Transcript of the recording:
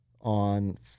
on